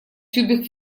тюбик